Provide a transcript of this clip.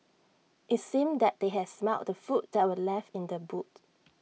IT seemed that they had smelt the food that were left in the boot